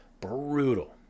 brutal